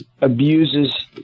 abuses